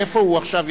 איפה הוא עכשיו?